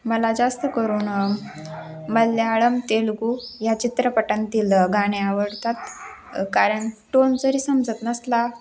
मला जास्त करून मल्याळम तेलुगू या चित्रपटांतील गाणे आवडतात कारण टोन जरी समजत नसला